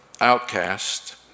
outcast